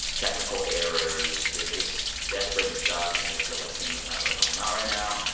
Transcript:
technical errors. they're just desperate and stuck, and they feel like fema's not really helping them out right now.